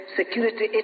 security